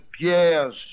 Pierre's